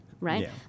right